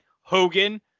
Hogan